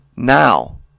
Now